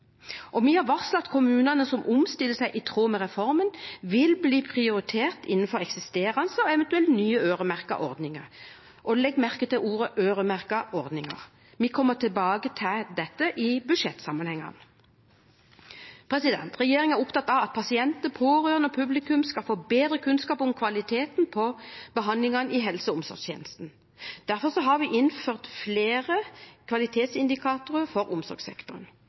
Vi har varslet at kommunene som omstiller seg i tråd med reformen, vil bli prioritert innenfor eksisterende og eventuelt nye øremerkede ordninger – og legg merke til ordene øremerkede ordninger. Vi kommer tilbake til dette i budsjettsammenhengene. Regjeringen er opptatt av at pasienter, pårørende og publikum skal få bedre kunnskap om kvaliteten på behandlingene i helse- og omsorgstjenesten. Derfor har vi innført flere kvalitetsindikatorer for omsorgssektoren.